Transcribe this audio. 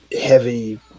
heavy